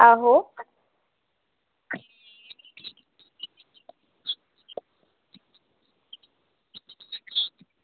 आहो